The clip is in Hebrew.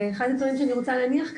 אחד הדברים שאני רוצה להניח כאן,